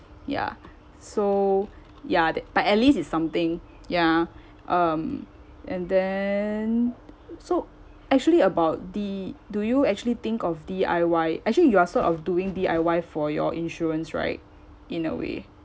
ya so ya that but at least it's something ya um and then so actually about the do you actually think of D_I_Y actually you are sort of doing D_I_Y for your insurance right in a way